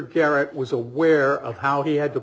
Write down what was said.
garrett was aware of how he had to